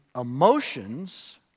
emotions